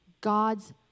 God's